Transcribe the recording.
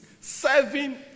serving